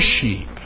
sheep